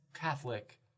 Catholic